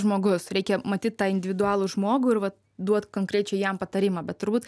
žmogus reikia matyt tą individualų žmogų ir vat duot konkrečiai jam patarimą bet turbūt